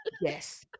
Yes